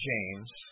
James